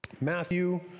Matthew